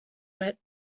wet